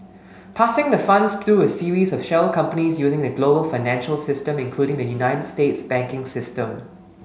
passing the funds through a series of shell companies using the global financial system including the United States banking system